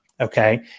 okay